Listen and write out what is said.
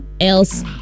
else